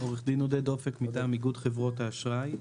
מטעם איגוד חברות האשראי.